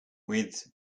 with